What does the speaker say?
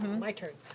my turn.